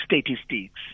statistics